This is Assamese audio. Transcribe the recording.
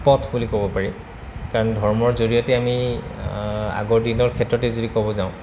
পথ বুলি ক'ব পাৰি কাৰণ ধৰ্মৰ জৰিয়তে আমি আগৰ দিনৰ ক্ষেত্ৰতে যদি ক'ব যাওঁ